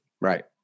Right